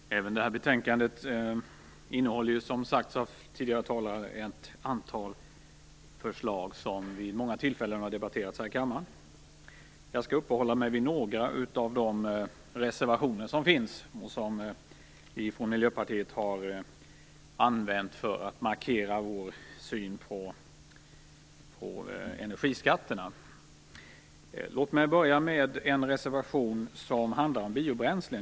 Herr talman! Även det här betänkandet innehåller, som sagts av tidigare talare, ett antal förslag som har debatterats här i kammaren vid många tidigare tillfällen. Jag skall uppehålla mig vid några av reservationerna, där vi från Miljöpartiet har markerat vår syn på energiskatterna. Låt mig börja med en reservation som handlar om biobränslen.